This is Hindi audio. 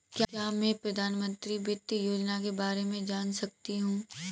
क्या मैं प्रधानमंत्री वित्त योजना के बारे में जान सकती हूँ?